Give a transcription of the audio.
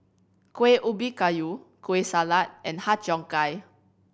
Kueh Ubi Kayu Kueh Salat and Har Cheong Gai